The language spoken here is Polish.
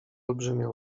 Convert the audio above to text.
olbrzymie